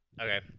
okay